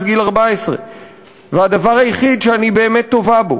גיל 14 והדבר היחיד שאני באמת טובה בו.